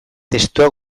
testua